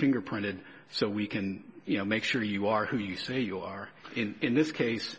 fingerprinted so we can you know make sure you are who you say you are in this case